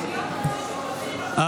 בבקשה.